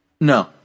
No